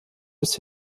bis